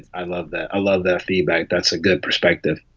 i love that. i love that feedback. that's a good perspective